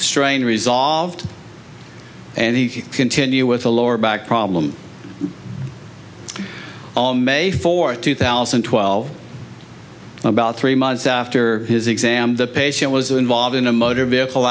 strain resolved and he continue with a lower back problem all may fourth two thousand and twelve about three months after his exam the patient was involved in a motor vehicle